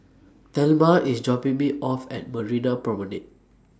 Thelma IS dropping Me off At Marina Promenade